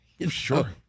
Sure